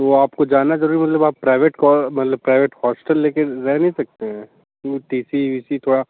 तो आपको जाना ज़रूरी मतलब आप प्रैवेट को मतलब प्रैवेट हौस्टल ले कर रह नहीं सकते हैं क्यों टि सी विसी थोड़ा